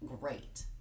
Great